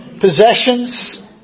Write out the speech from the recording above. possessions